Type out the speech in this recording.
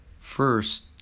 first